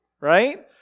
right